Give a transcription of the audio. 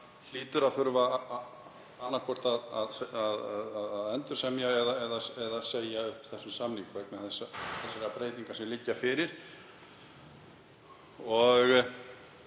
hlýtur að þurfa annaðhvort að endursemja eða segja upp, þessum samningi, vegna þeirra breytinga sem liggja fyrir.